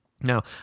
Now